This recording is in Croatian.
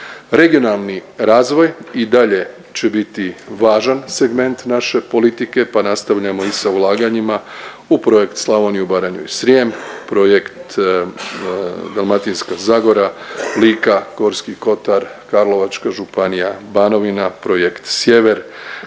Regionalni razvoj i dalje će biti važan segment naše politike, pa nastavljamo i sa ulaganjima u Projekt Slavoniju, Baranju i Srijem, Projekt Dalmatinska zagora, Lika, Gorski kotar, Karlovačka županija, Banovina, Projekt Sjever,